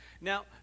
Now